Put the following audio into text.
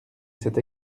cet